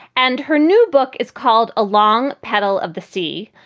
and her new book is called a long petal of the sea.